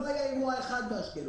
לא היה אירוע אחד באשקלון,